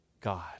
God